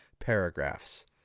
paragraphs